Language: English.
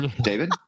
David